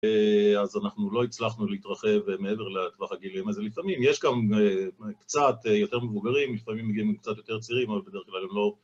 אז אנחנו לא הצלחנו להתרחב מעבר לטווח הגילים הזה. לפעמים יש גם קצת יותר מבוגרים, לפעמים גם קצת יותר צעירים, אבל בדרך כלל הם לא...